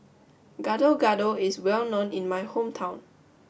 Gado Gado is well known in my hometown